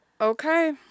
Okay